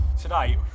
Tonight